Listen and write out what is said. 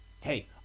Hey